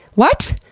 what!